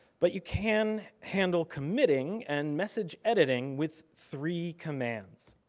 but you can handle committing and message editing with three commands.